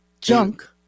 junk